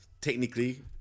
technically